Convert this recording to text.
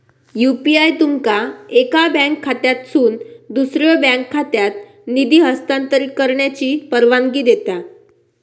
UPI तुमका एका bank खात्यातसून दुसऱ्यो बँक खात्यात निधी हस्तांतरित करण्याची परवानगी देता